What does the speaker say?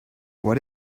what